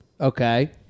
Okay